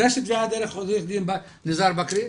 הגשתי תביעה דרך עו"ד ניזאר בכרי.